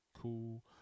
cool